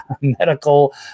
medical